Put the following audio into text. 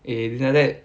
eh if like that